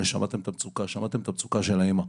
שמעתם את המצוקה, ושמעתם את המצוקה של האימא.